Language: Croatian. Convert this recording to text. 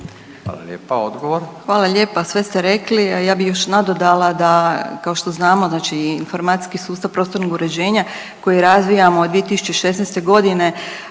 **Magaš, Dunja** Hvala lijepa. Sve ste rekli, a ja bih još nadodala da kao što znamo, znači informacijski sustav prostornog uređenja koje razvijamo od 2016. g.